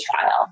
trial